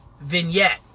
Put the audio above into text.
vignette